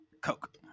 Coke